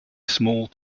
small